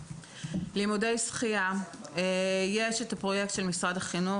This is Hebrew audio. לימודי שחייה יש את הפרויקט של משרד החינוך,